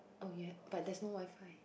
oh ya but there's no WiFi